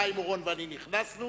חיים אורון ואני נכנסנו,